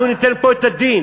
אנחנו ניתן פה את הדין.